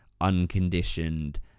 unconditioned